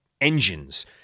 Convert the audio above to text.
engines